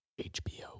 hbo